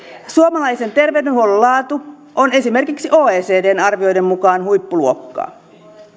suomalaisen terveydenhuollon laatu on esimerkiksi oecdn arvioiden mukaan huippuluokkaa